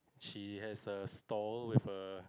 she has a stall with a